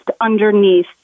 underneath